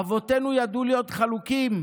אבותינו ידעו להיות חלוקים,